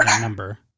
number